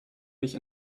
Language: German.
mich